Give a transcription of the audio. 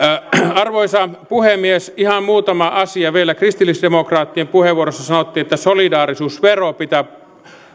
arvoisa puhemies ihan muutama asia vielä kristillisdemokraattien puheenvuorossa sanottiin että solidaarisuusveron